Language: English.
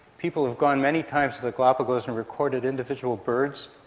people have gone many times to the galapagos and recorded individual birds,